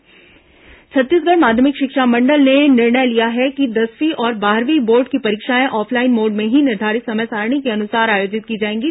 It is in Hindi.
बोर्ड परीक्षा छत्तीसगढ़ माध्यमिक शिक्षा मंडल ने निर्णय लिया है कि दसवीं और बारहवीं बोर्ड की परीक्षाएं ऑफलाइन मोड में ही निर्धारित समय सारणी के अनुसार आयोजित की जाएंगी